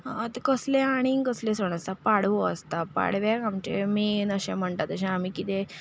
आतां कसले आनीक कसले सण आसा पाडवो आसता पाडव्याक आमचें मेन अशें म्हणटा तशें आमी कितें